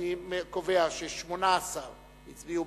אני קובע שהצעת חוק למניעת העסקה של